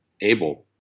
able